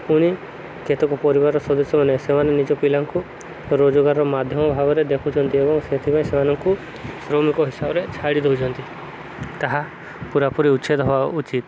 ପୁଣି କେତେକ ପରିବାର ସଦସ୍ୟମାନେେ ସେମାନେ ନିଜ ପିଲାଙ୍କୁ ରୋଜଗାର ମାଧ୍ୟମ ଭାବରେ ଦେଖୁଛନ୍ତି ଏବଂ ସେଥିପାଇଁ ସେମାନଙ୍କୁ ଶ୍ରମିକ ହିସାବରେ ଛାଡ଼ି ଦେଉଛନ୍ତି ତାହା ପୂୁରାପୁରି ଉଚ୍ଛେଦ ହବା ଉଚିତ